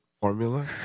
formula